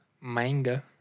Manga